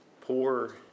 poor